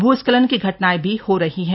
भूस्खलन की घटनाएं भी हो रही हैं